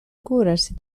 κούραση